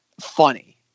funny